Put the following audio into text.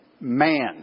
Man